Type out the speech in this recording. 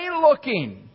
looking